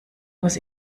muss